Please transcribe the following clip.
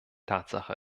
tatsache